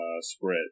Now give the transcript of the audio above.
spread